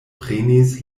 prenis